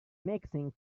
mixing